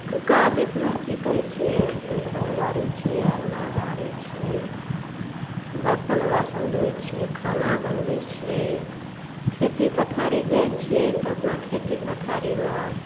काज अइठिना की करै छियै घर बाहरै छियै अँगना बाहरै छियै बर्तन बासन धोइ छियै खाना बनबै छियै खेती पथारी जाइ छियै तऽ अपना खेती पथारीमे